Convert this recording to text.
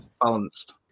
balanced